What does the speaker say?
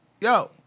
yo